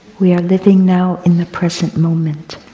we are living now in the present moment,